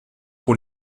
pour